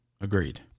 Agreed